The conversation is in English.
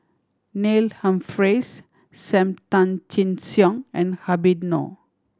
Neil Humphreys Sam Tan Chin Siong and Habib Noh